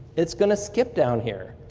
it's going to skip down here.